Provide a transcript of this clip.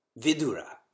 Vidura